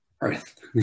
earth